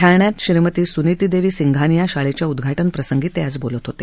ठाण्यात श्रीमती स्नितीदेवी सिंघानिया शाळेच्या उद्घाटन प्रसंगी ते बोलत होते